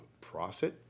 process